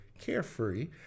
carefree